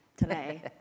today